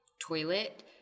toilet